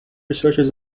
researchers